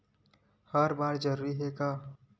हर बार जरूरी हे का?